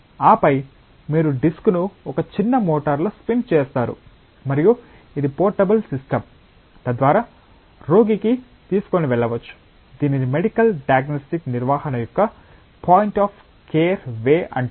ఆపై మీరు డిస్క్ను ఒక చిన్న మోటారులో స్పిన్ చేస్తారు మరియు ఇది పోర్టబుల్ సిస్టమ్ తద్వారా రోగికి తీసుకెళ్లవచ్చు దీనిని మెడికల్ డయాగ్నస్టిక్స్ నిర్వహణ యొక్క పాయింట్ ఆఫ్ కేర్ వే అంటారు